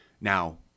Now